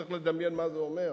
צריך לדמיין מה זה אומר.